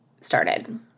started